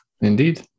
Indeed